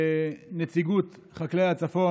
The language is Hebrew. נציגות חקלאי הצפון,